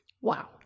Wow